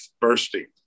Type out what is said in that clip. bursting